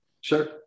Sure